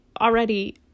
already